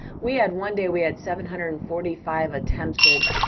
we had one day we had seven hundred and forty five attempted